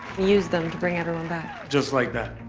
use them to bring everyone back. just like that?